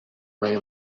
way